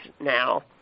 now